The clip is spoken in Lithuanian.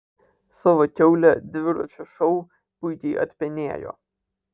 savo kiaulę dviračio šou puikiai atpenėjo